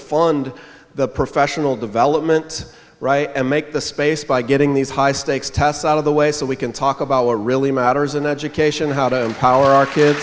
fund the professional development right and make the space by getting these high stakes tests out of the way so we can talk about what really matters in education how to power